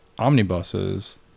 Omnibuses